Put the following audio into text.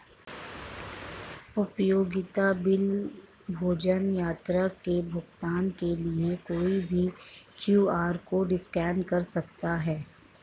उपयोगिता बिल, भोजन, यात्रा के भुगतान के लिए कोई भी क्यू.आर कोड स्कैन कर सकता है